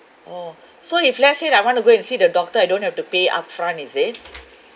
orh so if let's say I want to go and see the doctor I don't have to pay upfront is it